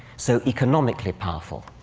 so economically powerful.